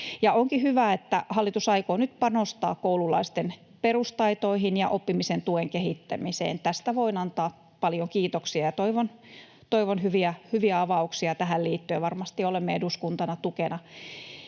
Onkin hyvä, että hallitus aikoo nyt panostaa koululaisten perustaitoihin ja oppimisen tuen kehittämiseen. Tästä voin antaa paljon kiitoksia, ja toivon hyviä avauksia tähän liittyen. Varmasti olemme eduskuntana tukena.